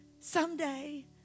Someday